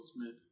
Smith